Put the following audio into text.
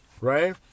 right